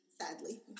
sadly